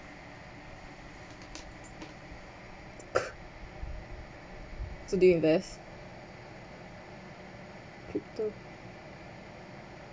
so do you invest crypto